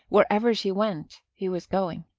wherever she went, he was going.